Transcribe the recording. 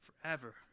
forever